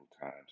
times